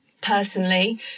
personally